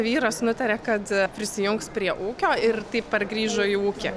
vyras nutarė kad prisijungs prie ūkio ir taip pargrįžo į ūkį